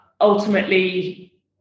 ultimately